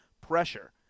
pressure